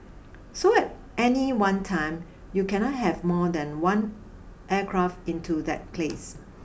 so at any one time you cannot have more than one aircraft into that place